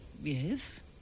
Yes